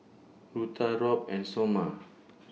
Rutha Robb and Sommer